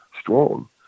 strong